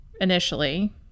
initially